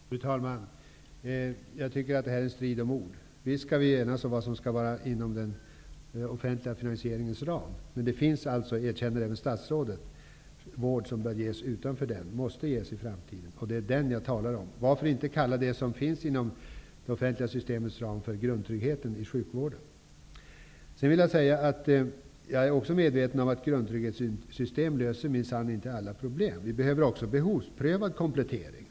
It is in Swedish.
Fru talman! Jag tycker att detta är en strid om ord. Visst skall vi enas om vad som skall ligga inom den officiella finansieringens ram, men även statsrådet erkänner att det finns vård som måste ges utanför denna ram i framtiden. Det är den jag talar om. Varför inte kalla den vård som finns inom det offentliga systemets ram för grundtrygghet inom sjukvården? Sedan är också jag medveten om att ett grundtrygghetssystem minsann inte löser alla problem. Det behövs även behovsprövad komplettering.